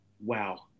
wow